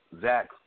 Zach